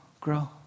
grow